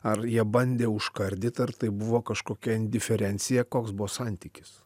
ar jie bandė užkardyt ar tai buvo kažkokia indiferencija koks buvo santykis